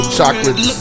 Chocolate